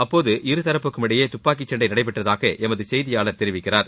அப்போது இரு தரப்புக்கும் இடையே துப்பாக்கி சண்ட நடைபெற்றதாக எமது செய்தியாளர் தெரிவிக்கிறார்